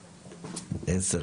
10,